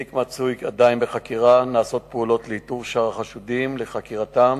התיק מצוי עדיין בחקירה ונעשות פעולות לאיתור שאר החשודים ולחקירתם,